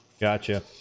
Gotcha